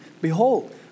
Behold